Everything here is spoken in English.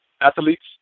athletes